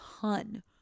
ton